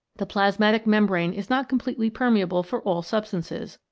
the plasmatic membrane is not completely permeable for all substances,